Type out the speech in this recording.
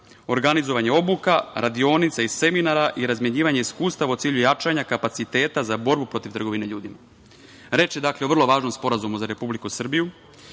organizovanja obuka, radionica i seminara i razmenjivanje iskustava u cilju jačanja kapaciteta za borbu protiv trgovine ljudi. Reč je o vrlo važnom sporazumu za Republiku Srbiju